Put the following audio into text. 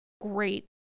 great